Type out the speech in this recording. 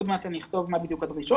עוד מעט אני אומר מה בדיוק הדרישות.